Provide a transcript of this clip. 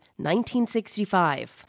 1965